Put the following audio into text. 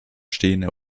stehende